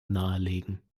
nahelegen